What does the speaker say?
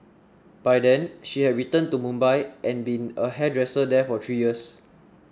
by then she had returned to Mumbai and been a hairdresser there for three years